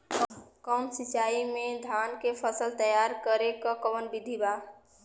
कम सिचाई में धान के फसल तैयार करे क कवन बिधि बा?